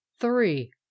three